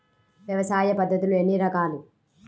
వ్యవసాయ పద్ధతులు ఎన్ని రకాలు?